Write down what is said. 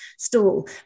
stall